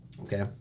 Okay